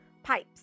pipes